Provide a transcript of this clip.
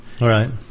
right